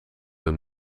een